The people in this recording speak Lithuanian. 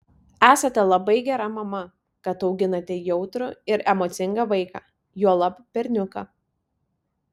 esate labai gera mama kad auginate jautrų ir emocingą vaiką juolab berniuką